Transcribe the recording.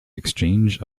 exchange